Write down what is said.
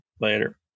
Later